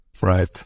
Right